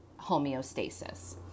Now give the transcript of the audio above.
homeostasis